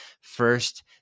first